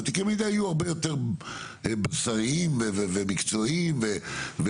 ותיקי המידע יהיו הרבה יותר בשרניים ומקצועיים וזה,